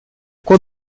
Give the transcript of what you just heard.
кот